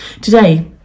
Today